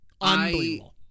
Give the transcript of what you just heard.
Unbelievable